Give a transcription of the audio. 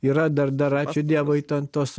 yra dar dar ačiū dievui ten tos